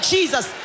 Jesus